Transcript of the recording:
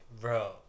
Bro